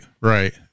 right